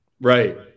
Right